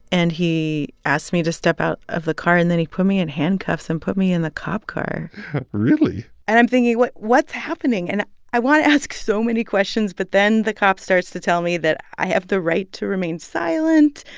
and he asked me to step out of the car, and then he put me in handcuffs and put me in the cop car really? and i'm thinking what's what's happening? and i want to ask so many questions, but then the cop starts to tell me that i have the right to remain silent,